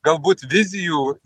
galbūt vizijų